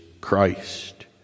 Christ